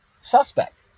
suspect